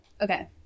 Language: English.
okay